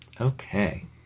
Okay